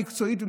החלטה מקצועית,